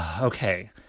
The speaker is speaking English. Okay